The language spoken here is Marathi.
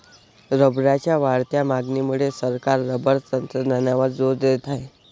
रबरच्या वाढत्या मागणीमुळे सरकार रबर तंत्रज्ञानावर जोर देत आहे